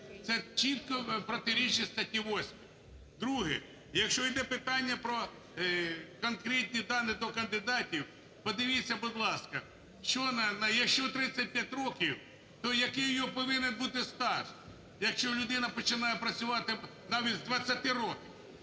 Це чітко протирічить статті 8. Друге. Якщо йде питання про конкретні дані до кандидатів, подивіться, будь ласка, якщо 35 років, то який його повинен бути стаж, якщо людина починає працювати навіть з 20 років.